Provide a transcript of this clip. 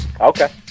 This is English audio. Okay